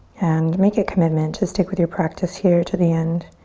and make a commitment to stick with your practice here to the end.